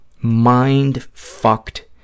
mind-fucked